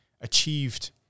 achieved